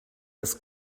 das